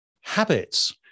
habits